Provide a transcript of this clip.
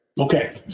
Okay